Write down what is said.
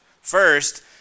first